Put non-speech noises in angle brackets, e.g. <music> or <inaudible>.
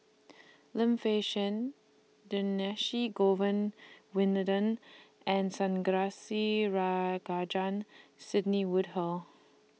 Lim Fei Shen <unintelligible> Govin Winodan and <unintelligible> Sidney Woodhull